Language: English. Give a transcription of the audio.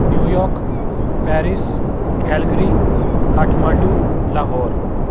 New York Paris Calgary Kathmandu Lahore